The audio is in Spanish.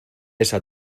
esa